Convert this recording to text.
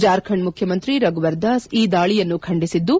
ಜಾರ್ಖಂಡ್ ಮುಖ್ಯಮಂತ್ರಿ ರಘುವರ್ ದಾಸ್ ಈ ದಾಳಿಯನ್ನು ಬಂಡಿಸಿದ್ದು